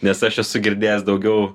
nes aš esu girdėjęs daugiau